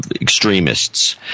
extremists